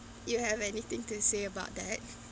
you have anything to say about that